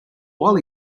while